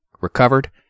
Recovered